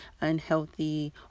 unhealthy